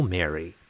Mary